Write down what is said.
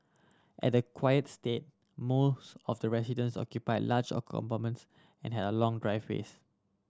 at the quiet estate most of the residence occupied large a compounds and had long driveways